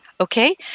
Okay